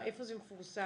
איפה זה מפורסם?